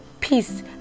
Peace